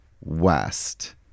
west